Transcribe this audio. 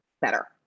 better